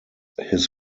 his